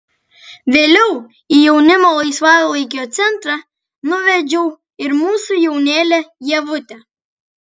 vėliau į jaunimo laisvalaikio centrą nuvedžiau ir mūsų jaunėlę ievutę